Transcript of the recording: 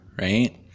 right